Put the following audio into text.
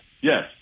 Yes